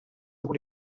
pour